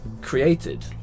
created